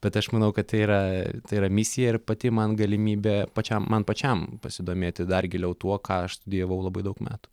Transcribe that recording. bet aš manau kad tai yra tai yra misija ir pati man galimybė pačiam man pačiam pasidomėti dar giliau tuo ką aš studijavau labai daug metų